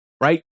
right